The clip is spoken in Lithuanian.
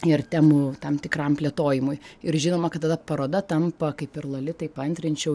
ir temų tam tikram plėtojimui ir žinoma kad tada paroda tampa kaip ir lolitai paantrinčiau